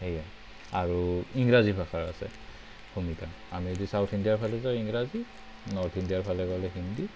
এয়া আৰু ইংৰাজী ভাষাৰ আছে ভূমিকা আমি যদি ছাউথ ইণ্ডিয়াৰফালে যাওঁ ইংৰাজী নৰ্থ ইণ্ডিয়াৰফালে গ'লে হিন্দী